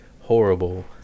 horrible